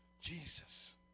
Jesus